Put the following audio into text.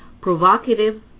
Provocative